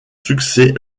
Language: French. succès